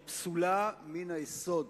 היא פסולה מן היסוד